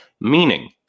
Meaning